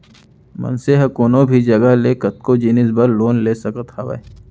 मनसे ह कोनो भी जघा ले कतको जिनिस बर लोन ले सकत हावय